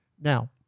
Now